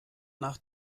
nach